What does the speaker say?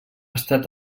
estat